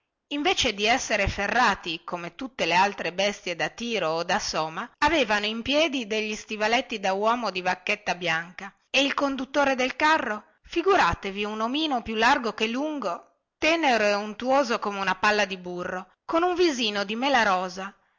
invece di essere ferrati come tutti le altre bestie da tiro o da soma avevano ai piedi degli stivali da uomo di vacchetta bianca e il conduttore del carro figuratevi un omino più largo che lungo tenero e untuoso come una palla di burro con un visino di melarosa una